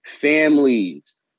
Families